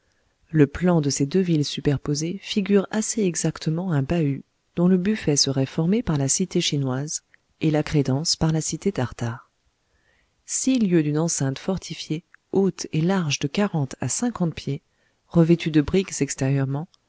le plan de ces deux villes superposées figure assez exactement un bahut dont le buffet serait formé par la cité chinoise et la crédence par la cité tartare six lieues d'une enceinte fortifiée haute et large de quarante à cinquante pieds revêtue de briques extérieurement